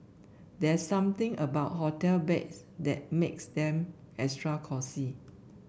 there's something about hotel beds that makes them extra cosy